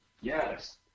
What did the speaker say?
Yes